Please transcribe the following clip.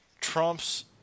Trump's